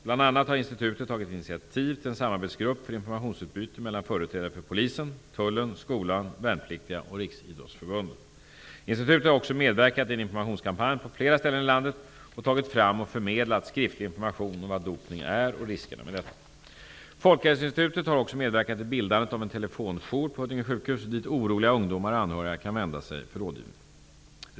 Bl.a. har institutet tagit initiativ till en samarbetsgrupp för informationsutbyte mellan företrädare för Riksidrottsförbundet. Institutet har också medverkat i en informationskampanj på flera ställen i landet och tagit fram och förmedlat skriftlig information om vad dopning är och riskerna med detta. Folkhälsoinstitutet har också medverkat till bildandet av en telefonjour på Huddinge sjukhus dit oroliga ungdomar och anhöriga kan vända sig för rådgivning.